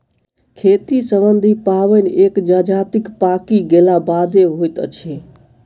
खेती सम्बन्धी पाबैन एक जजातिक पाकि गेलाक बादे होइत अछि